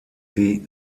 sie